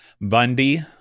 Bundy